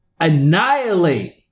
Annihilate